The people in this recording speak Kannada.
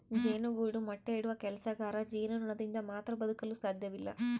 ಜೇನುಗೂಡು ಮೊಟ್ಟೆ ಇಡುವ ಕೆಲಸಗಾರ ಜೇನುನೊಣದಿಂದ ಮಾತ್ರ ಬದುಕಲು ಸಾಧ್ಯವಿಲ್ಲ